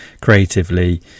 creatively